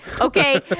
Okay